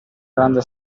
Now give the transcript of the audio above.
grande